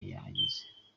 yahageze